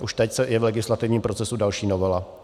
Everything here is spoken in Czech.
Už teď je v legislativním procesu další novela.